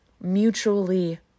mutually